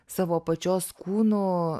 savo pačios kūnu